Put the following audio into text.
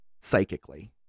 psychically